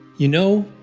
you know,